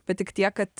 bet tik tiek kad